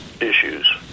issues